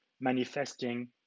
manifesting